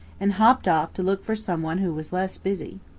and hopped off to look for some one who was less busy.